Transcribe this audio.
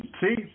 See